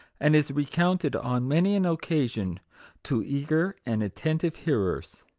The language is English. and is recounted on many an occasion to eager and attentive hearers.